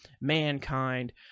Mankind